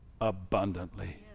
abundantly